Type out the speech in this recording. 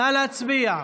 נא להצביע.